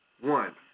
one